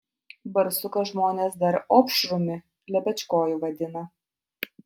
barsuką žmonės dar opšrumi lepečkoju vadina